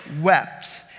wept